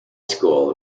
school